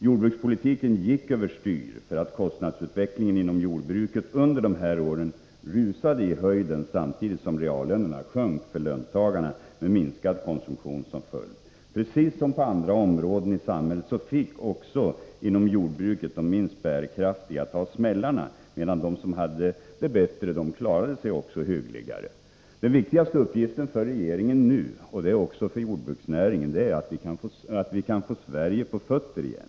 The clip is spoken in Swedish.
Jordbrukspolitiken gick över styr, eftersom kostnadsutvecklingen inom jordbruket under dessa år rusade i höjden samtidigt som reallönerna sjönk för löntagarna, med minskad konsumtion som följd. Precis som på andra områden i samhället fick också inom jordbruket de minst bärkraftiga ta smällarna, medan de som hade det bättre klarade sig hyggligare. Den viktigaste uppgiften för regeringen nu — och också för jordbruksnäringen — är att få Sverige på fötter igen.